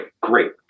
great